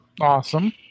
Awesome